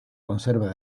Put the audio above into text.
conserva